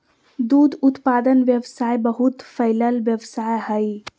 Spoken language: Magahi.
दूध उत्पादन व्यवसाय बहुत फैलल व्यवसाय हइ